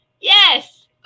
yes